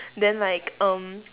then like um